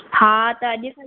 हा त अॼुकल्ह